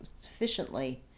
sufficiently